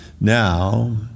Now